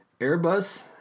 Airbus